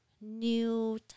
New